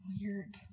weird